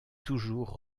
toujours